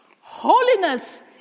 Holiness